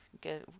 good